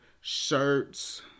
Shirts